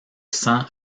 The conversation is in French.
sang